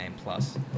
plus